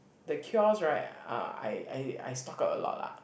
the cures right are I I I stock up a lot lah